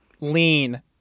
lean